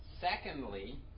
Secondly